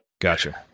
gotcha